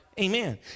Amen